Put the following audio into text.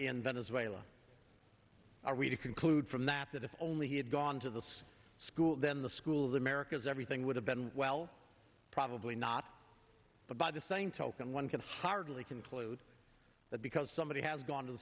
in venezuela are we to conclude from that that if only he had gone to the school then the school of the americas everything would have been well probably not but by the same token one can hardly conclude that because somebody has gone to the